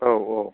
औ औ